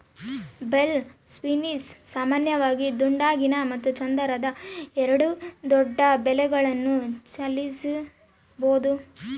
bale spears ಸಾಮಾನ್ಯವಾಗಿ ದುಂಡಗಿನ ಮತ್ತು ಚದರ ಎರಡೂ ದೊಡ್ಡ ಬೇಲ್ಗಳನ್ನು ಚಲಿಸಬೋದು